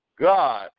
God